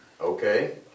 okay